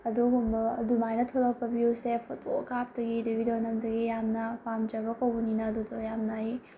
ꯑꯗꯨꯒꯨꯝꯕ ꯑꯗꯨꯃꯥꯏꯅ ꯊꯣꯂꯛꯄ ꯚ꯭ꯌꯨꯁꯦ ꯐꯣꯇꯣ ꯀꯥꯞꯇꯣꯏꯒꯤ ꯑꯗꯒꯤ ꯚꯤꯗꯤꯑꯣ ꯅꯝꯗꯣꯏꯒꯤ ꯌꯥꯝꯅ ꯄꯥꯝꯖꯕ ꯀꯧꯕꯅꯤꯅ ꯑꯗꯨꯗꯣ ꯌꯥꯝꯅ ꯑꯩ